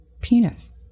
penis